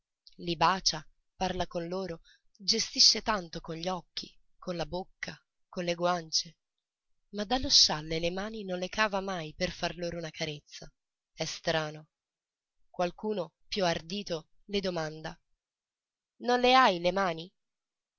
li bacia parla con loro gestisce tanto con gli occhi con la bocca con le guance ma dallo scialle le mani non le cava mai per far loro una carezza è strano qualcuno più ardito le domanda non le hai le mani